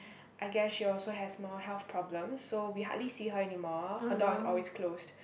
I guess she also has more health problems so we hardly see her anymore her door is always closed